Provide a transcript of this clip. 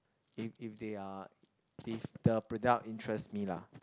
if if they are if the product interests me lah